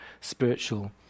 spiritual